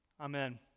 Amen